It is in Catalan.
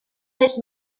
més